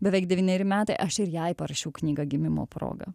beveik devyneri metai aš ir jai parašiau knygą gimimo proga